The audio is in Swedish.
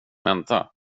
vänta